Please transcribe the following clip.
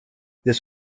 this